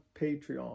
Patreon